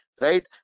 right